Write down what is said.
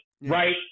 right